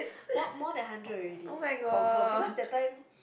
more more than hundred already confirm cause that time